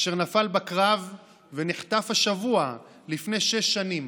אשר נפל בקרב ונחטף השבוע לפני שש שנים,